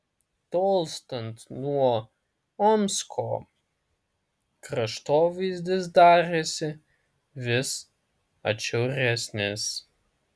tolstant nuo omsko kraštovaizdis darėsi vis atšiauresnis